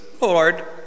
Lord